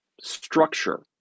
structure